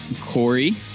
Corey